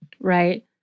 Right